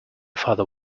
father